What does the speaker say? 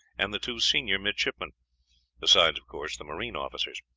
and the two senior midshipmen besides, of course, the marine officers.